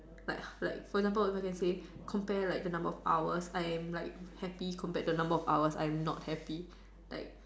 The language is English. like like for example if I can say compare like the number of hours I am like happy compared to the number of hours I am not happy like